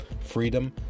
Freedom